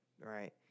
right